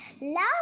love